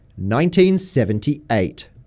1978